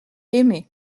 aimé